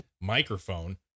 microphone